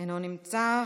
אינו נמצא,